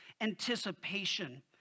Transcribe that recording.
anticipation